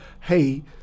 hey